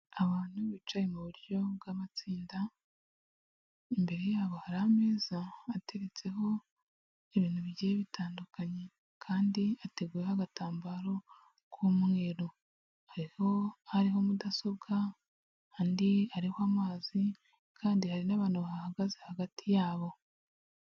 Abantu bicaye mu buryo bw'amatsinda, imbere yabo hari ameza ateretseho ibintu bigiye bitandukanye, kandi ateguyeho agatambaro k'umweru. Hariho ariho mudasobwa, andi ariho amazi, kandi hari n'abantu bahagaze hagati yabo.